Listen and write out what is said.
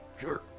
Sure